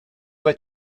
vas